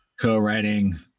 co-writing